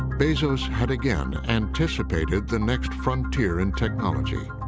bezos had again anticipated the next frontier in technology,